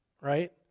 right